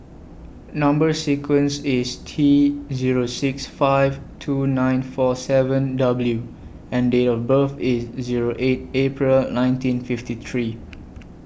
Number sequence IS T Zero six five two nine four seven W and Date of birth IS Zero eight April nineteen fifty three